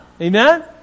Amen